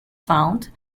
found